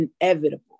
inevitable